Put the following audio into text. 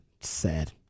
Sad